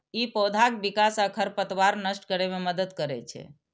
ई पौधाक विकास आ खरपतवार नष्ट करै मे मदति करै छै